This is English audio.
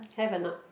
have or not